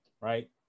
right